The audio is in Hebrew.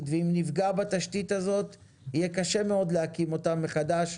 ואם נפגע בתשתית הזאת יהיה קשה מאוד להקים אותה מחדש.